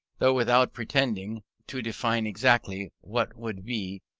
though without pretending to define exactly what would be,